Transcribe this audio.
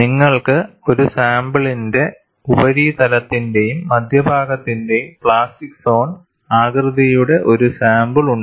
നിങ്ങൾക്ക് ഒരു സാമ്പിളിന്റെ ഉപരിതലത്തിന്റെയും മധ്യഭാഗത്തിന്റെയും പ്ലാസ്റ്റിക് സോൺ ആകൃതിയുടെ ഒരു സാമ്പിൾ ഉണ്ട്